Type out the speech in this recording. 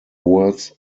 words